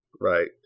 right